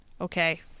Okay